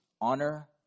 honor